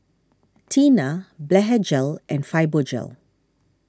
Tena Blephagel and Fibogel